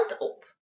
op